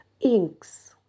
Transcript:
Inks